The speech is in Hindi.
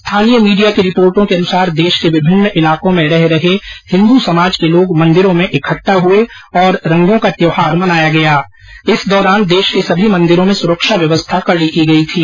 स्थानीय मीडिया की रिपोर्टो के अनुसार देश के विभिन्न इलाकों में रह रहे हिन्दू समाज के लोग मंदिरों में एकत्र हुए और रंगो का त्यौहार मनाया इस दौरान देश के सभी मंदिरो में सुरक्षा व्यवस्था कड़ी की गयी थी